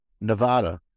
Nevada